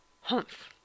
Humph